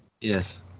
Yes